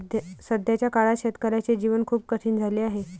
सध्याच्या काळात शेतकऱ्याचे जीवन खूप कठीण झाले आहे